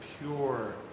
pure